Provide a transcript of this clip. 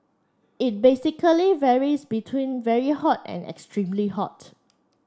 it basically varies between very hot and extremely hot